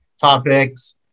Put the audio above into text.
topics